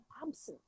absence